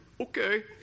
Okay